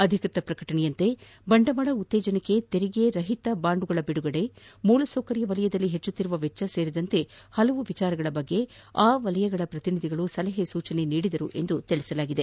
ಅಧಿಕೃತ ಪ್ರಕಟಣೆಯಂತೆ ಬಂಡವಾಳ ಉತ್ತೇಜನಕ್ಕೆ ತೆರಿಗೆ ರಹಿತ ಬಾಂಡ್ಗಳ ಬಿಡುಗಡೆ ಮೂಲಸೌಕರ್ಯ ವಲಯದಲ್ಲಿ ಹೆಚ್ಚುತ್ತಿರುವ ವೆಚ್ಚ ಸೇರಿದಂತೆ ಹಲವು ವಿಷಯಗಳ ಬಗ್ಗೆ ಆ ವಲಯದ ಪ್ರತಿನಿಧಿಗಳು ಸಲಹೆ ಸೂಚನೆಗಳನ್ನು ನೀಡಿದರು ಎಂದು ತಿಳಿಸಲಾಗಿದೆ